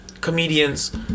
comedian's